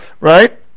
right